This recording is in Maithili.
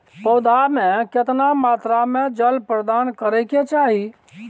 पौधा में केतना मात्रा में जल प्रदान करै के चाही?